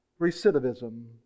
recidivism